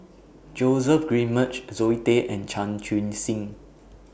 Joseph Grimberg Zoe Tay and Chan Chun Sing